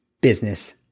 business